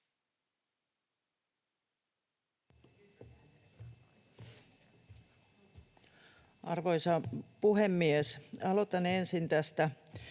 Arvoisa puhemies! Aloitan ensin tästä